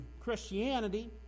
Christianity